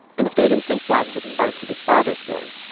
and it's made him think back to parts of his father's story,